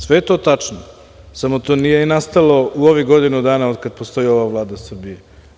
Sve je to tačno, samo to nije nastalo u ovih godinu dana, otkad postoji ova vlada Srbije.